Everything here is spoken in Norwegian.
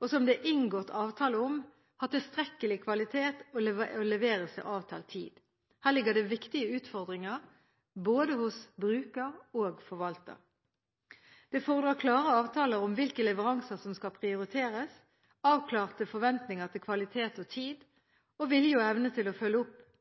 og som det er inngått avtale om, har tilstrekkelig kvalitet og leveres til avtalt tid. Her ligger det viktige utfordringer hos både bruker og forvalter. Det fordrer klare avtaler om hvilke leveranser som skal prioriteres, avklarte forventninger til kvalitet og tid, og vilje og evne til å følge opp